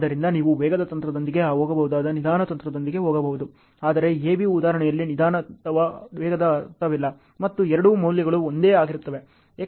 ಆದ್ದರಿಂದ ನೀವು ವೇಗದ ಕಾರ್ಯತಂತ್ರದೊಂದಿಗೆ ಹೋಗಬಹುದಾದ ನಿಧಾನ ತಂತ್ರದೊಂದಿಗೆ ಹೋಗಬಹುದು ಆದರೆ A B ಉದಾಹರಣೆಯಲ್ಲಿ ನಿಧಾನ ಅಥವಾ ವೇಗದ ಅರ್ಥವಿಲ್ಲ ಮತ್ತು ಎರಡೂ ಮೌಲ್ಯಗಳು ಒಂದೇ ಆಗಿರುತ್ತವೆ